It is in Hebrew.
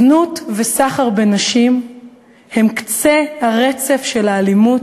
זנות וסחר בנשים הם קצה הרצף של האלימות